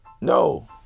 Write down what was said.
No